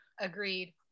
Agreed